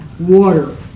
Water